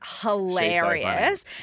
hilarious